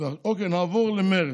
אוקיי, נעבור למרצ.